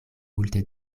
multe